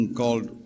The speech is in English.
called